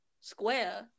square